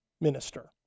minister